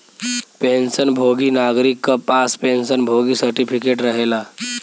pension भोगी नागरिक क पास पेंशन भोगी सर्टिफिकेट रहेला